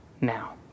now